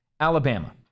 Alabama